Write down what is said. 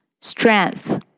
Strength